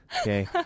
Okay